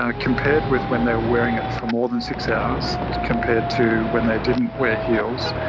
ah compared with when they were wearing it for more than six hours compared to when they didn't wear heels,